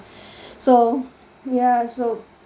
so ya so